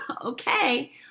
Okay